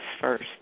first